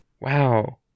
Wow